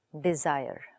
desire